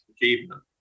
achievement